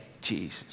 Jesus